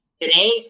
today